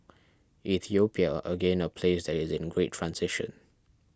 Ethiopia again a place that is in great transition